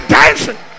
dancing